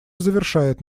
завершает